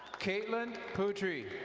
caitlyn pootree.